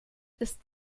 ist